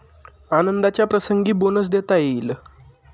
आनंदाच्या प्रसंगी बोनस देता येईल